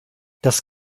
das